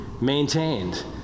maintained